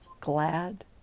glad